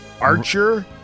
Archer